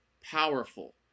powerful